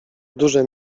duże